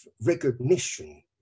recognition